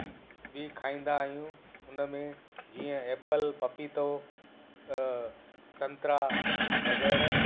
बि खाईंदा आहियूं उनमें जीअं ऐपल पपीतो संतरा वग़ैरह